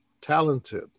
talented